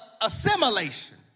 assimilation